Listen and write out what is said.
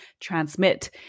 transmit